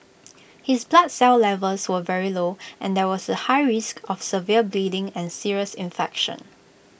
his blood cell levels were very low and there was A high risk of severe bleeding and serious infection